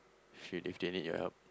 kay if they need your help